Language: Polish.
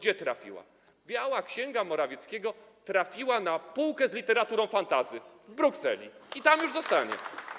Biała księga Morawieckiego trafiła na półkę z literaturą fantasy w Brukseli i tam już zostanie.